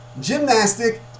gymnastic